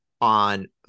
on